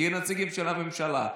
כנציגים של הממשלה,